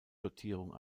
dotierung